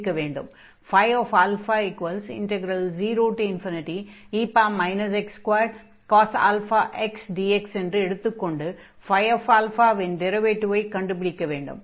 0e x2cos αx dx என்று எடுத்துக் கொண்டு இன் டிரைவேடிவை கண்டுபிடிக்க வேண்டும்